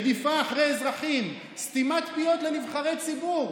רדיפה אחרי אזרחים, סתימת פיות לנבחרי ציבור.